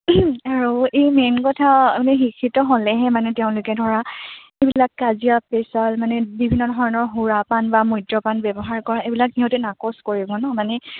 আৰু এই মেইন কথা আমি শিক্ষিত হ'লেহে মানে তেওঁলোকে ধৰা এইবিলাক কাজিয়া পেচাল মানে বিভিন্ন ধৰণৰ সুৰাপান বা মদ্য়পান ব্যৱহাৰ কৰা এইবিলাক সিহঁতে নাকচ কৰিব নহ্ মানে